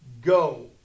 Go